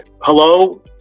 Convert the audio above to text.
hello